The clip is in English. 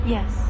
Yes